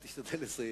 תשתדל לסיים.